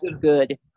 good